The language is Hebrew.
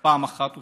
פעם אחת ולתמיד.